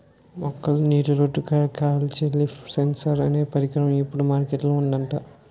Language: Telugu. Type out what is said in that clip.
మొక్కల్లో నీటిలోటు కొలిచే లీఫ్ సెన్సార్ అనే పరికరం ఇప్పుడు మార్కెట్ లో ఉందట